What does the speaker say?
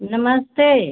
नमस्ते